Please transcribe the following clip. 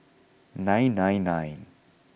nine nine nine